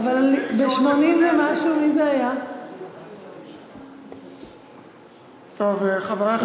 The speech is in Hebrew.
אבל מי זה היה ב-1980 ומשהו?